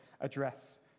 address